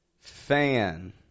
fan